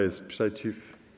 jest przeciw?